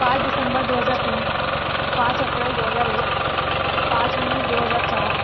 پانچ دسمبر دو ہزار تین پانچ اپریل دو ہزار ایک پانچ مئی دو ہزار چار